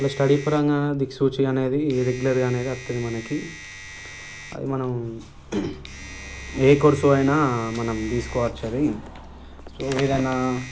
మళ్లీ స్టడీ పరంగా దిక్సూచి అనేది రెగ్యులర్గా అనేది వస్తుంది మనకి అది మనం ఏ కోర్స్ అయినా మనం తీసుకోవచ్చు అది సో ఏదైనా